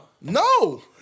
No